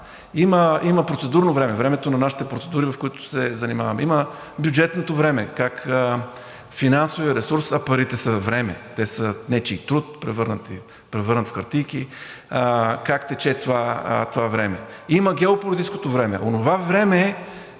Има процедурно време, времето на нашите процедури, с които се занимаваме. Има бюджетното време – как финансовият ресурс, а парите са време. Те са нечий труд, превърнат в хартийки. Как тече това време? Има геополитическото време